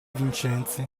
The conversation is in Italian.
vincenzi